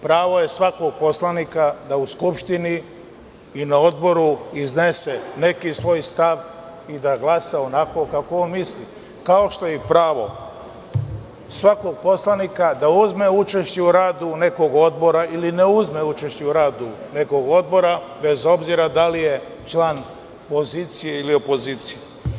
Pravo je svakog poslanika da u Skupštini i na odboru iznese neki svoj stav i da glasa onako kako on misli, kao što je i pravo svakog poslanika da uzme učešće u radu nekog odbora, ili ne uzme učešće u radu nekog odbora, bez obzira da li je član pozicije ili opozicije.